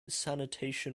sanitation